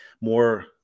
more